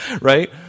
Right